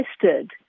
tested